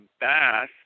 bath